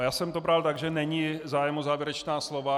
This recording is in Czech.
Já jsem to bral tak, že není zájem o závěrečná slova.